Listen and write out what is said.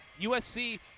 USC